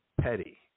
Petty